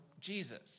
Jesus